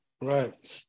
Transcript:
Right